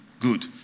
Good